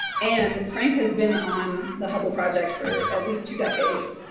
and frank has been on the hubble project for at least two decades.